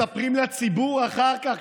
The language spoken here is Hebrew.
מספרים לציבור אחר כך,